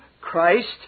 Christ